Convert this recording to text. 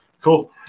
cool